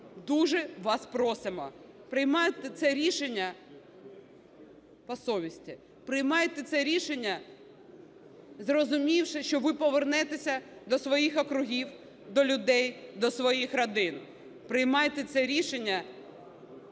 дуже вас просимо приймайте це рішення по совісті. Приймайте це рішення, зрозумівши, що ви повернетеся до своїх округів, до людей, до своїх родин. Приймайте це рішення